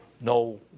no